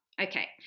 Okay